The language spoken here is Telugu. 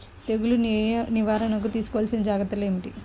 తెగులు నివారణకు తీసుకోవలసిన జాగ్రత్తలు ఏమిటీ?